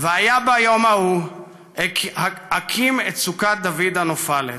"והיה ביום ההוא אקים את סוכת דוד הנופלת.